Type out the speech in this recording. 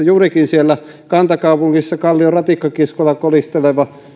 juurikin siellä kantakaupungissa kallion ratikkakiskoilla kolisteleva